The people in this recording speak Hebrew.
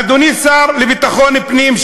אדוני השר לביטחון הפנים,